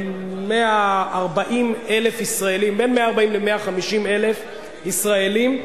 בין 140,000 ל-150,000 ישראלים,